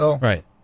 Right